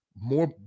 More